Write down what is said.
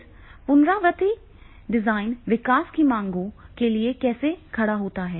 फिर पुनरावृत्ति डिजाइन विकास की मांगों के लिए कैसे खड़ा होता है